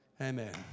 Amen